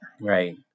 Right